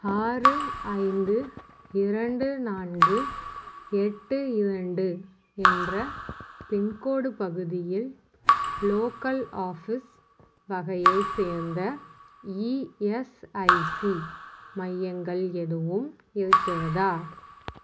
ஆறு ஐந்து இரண்டு நான்கு எட்டு இரண்டு என்ற பின்கோட் பகுதியில் லோக்கல் ஆஃபீஸ் வகையைச் சேர்ந்த இஎஸ்ஐசி மையங்கள் எதுவும் இருக்கிறதா